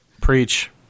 Preach